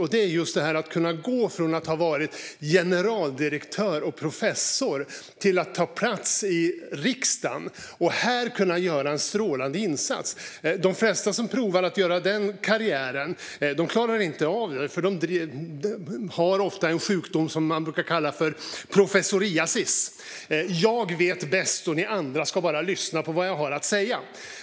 Hon har kunnat gå från att vara generaldirektör och professor till att ta plats i riksdagen och här kunna göra en strålande insats. De flesta som provar att göra den karriären klarar inte av det, för de har ofta en sjukdom som man brukar kalla för professoriasis: Jag vet bäst och ni andra ska bara lyssna på vad jag har att säga!